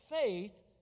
faith